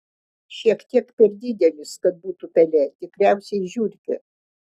šiek tiek per didelis kad būtų pelė tikriausiai žiurkė